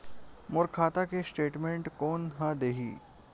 मोर खाता के स्टेटमेंट कोन ह देही?